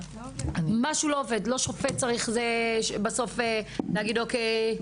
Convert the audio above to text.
לא שופט צריך בסוף להגיד אוקיי,